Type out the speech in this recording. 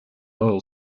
oil